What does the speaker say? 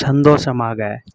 சந்தோஷமாக